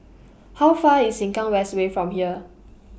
How Far IS Sengkang West Way from here